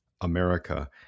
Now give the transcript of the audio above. America